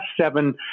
seven